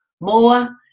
more